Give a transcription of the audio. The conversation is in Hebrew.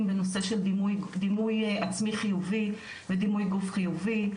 בנושא של דימוי עצמי חיובי ודימוי גוף חיובי,